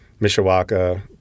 Mishawaka